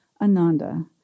Ananda